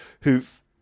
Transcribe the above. who've